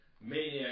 Maniac